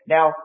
Now